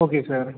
okay sir